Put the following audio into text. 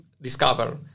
discover